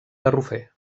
garrofer